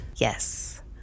Yes